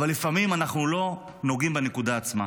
אבל לפעמים אנחנו לא נוגעים בנקודה עצמה.